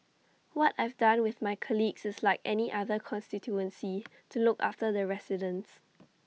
what I've done with my colleagues is like any other constituency to look after the residents